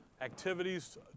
Activities